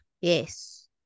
Yes